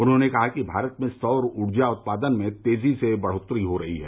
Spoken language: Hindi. उन्होंने कहा कि भारत में सौर ऊर्जा उत्पादन में तेजी से बढ़ोतरी हो रही है